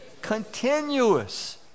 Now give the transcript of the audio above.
Continuous